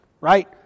Right